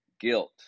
guilt